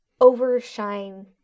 overshine